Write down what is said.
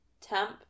temp